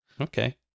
Okay